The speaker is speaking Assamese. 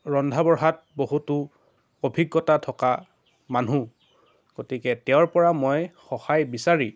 ৰন্ধা বঢ়াত বহুতো অভিজ্ঞতা থকা মানুহ গতিকে তেওঁৰ পৰা মই সহায় বিচাৰিম